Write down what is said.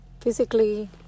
physically